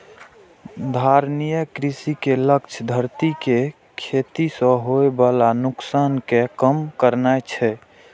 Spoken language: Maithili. धारणीय कृषि के लक्ष्य धरती कें खेती सं होय बला नुकसान कें कम करनाय छै